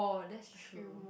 oh that's true